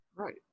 Right